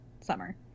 Summer